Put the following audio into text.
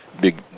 big